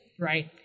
right